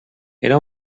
era